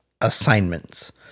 assignments